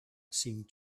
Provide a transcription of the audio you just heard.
seemed